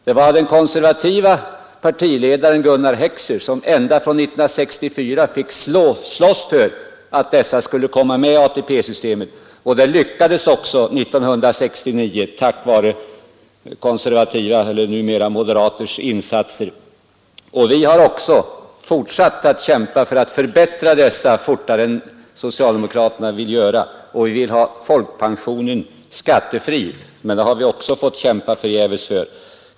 Det var den konservative partiledaren Gunnar Heckscher som ända från 1964 fick slåss för att dessa skulle komma med i ATP-systemet, och det lyckades också 1969 tack vare konservativas — eller numera moderatas — insatser. Vi har även fortsatt att kämpa för att förbättra läget för folkpensionärerna fortare än socialdemokraterna vill göra. Vi vill ha folkpensionen skattefri, men det har vi också fått kämpa förgäves för.